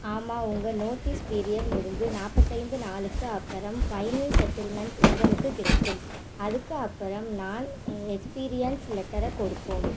ஆமாம் உங்கள் notice period முடிஞ்சு நாற்பத்தைந்து நாளுக்கு அப்புறம் ஃபைனல் செட்டில்மெண்ட் உங்களுக்கு கிடைக்கும் அதுக்கு அப்புறம் தான் எக்ஸ்பீரியன்ஸ் லெட்டரை கொடுப்போம்